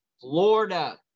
Florida